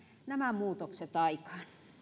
nämä muutokset aikaan